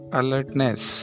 alertness